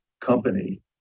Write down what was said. company